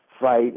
fight